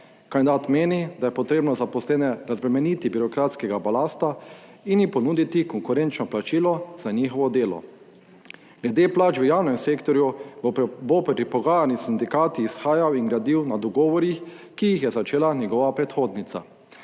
Kandidat meni, da je potrebno zaposlene razbremeniti birokratskega balasta in jim ponuditi konkurenčno plačilo za njihovo delo. Glede plač v javnem sektorju pri pogajanjih s sindikati izhajal in gradil na dogovorih, ki jih je začela njegova predhodnica.